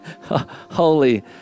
Holy